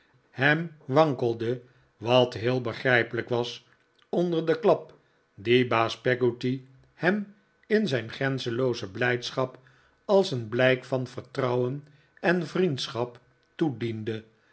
ham wankelde wat heel begrijpelijk was onder den klap dien baas peggotty hem in zijn grenzenlooze blijdschap als een blijk van vertrouwen en vriendschap toediende